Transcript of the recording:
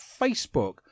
Facebook